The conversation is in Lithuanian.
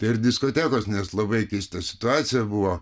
tai ir diskotekos nes labai keista situacija buvo